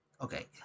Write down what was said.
okay